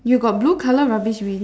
you got blue colour rubbish bin